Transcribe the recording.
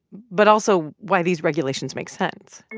but also why these regulations make sense